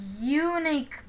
unique